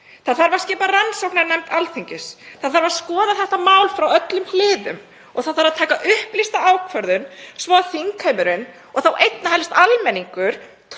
Það þarf að skipa rannsóknarnefnd Alþingis. Það þarf að skoða þetta mál frá öllum hliðum og taka upplýsta ákvörðun svo þingheimurinn og þá einna helst almenningur